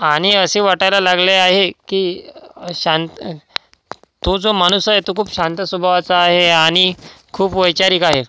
आणि असे वाटायला लागले आहे की शां तो जो माणूस हाय तो खूप शांत स्वभावाचा आहे आणि खूप वैचारिक आहे